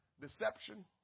deception